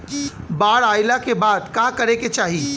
बाढ़ आइला के बाद का करे के चाही?